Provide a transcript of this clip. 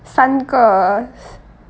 三个